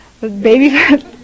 Baby